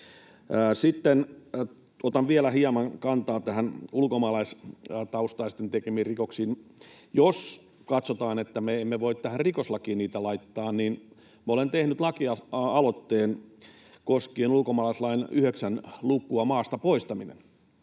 Sitten otan vielä hieman kantaa ulkomaalaistaustaisten tekemiin rikoksiin. Jos katsotaan, että me emme voi niitä laittaa tähän rikoslakiin, niin minä olen tehnyt lakialoitteen koskien ulkomaalaislain 9 lukua ”Maasta poistaminen”.